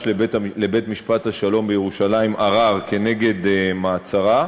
לבית-משפט השלום בירושלים ערר כנגד מעצרה.